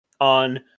on